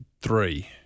three